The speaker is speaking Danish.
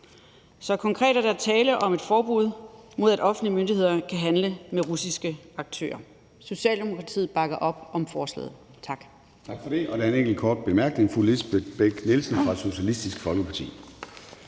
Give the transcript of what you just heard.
Så konkret er der tale om et forbud mod, at offentlige myndigheder kan handle med russiske aktører. Socialdemokratiet bakker op om forslaget. Tak.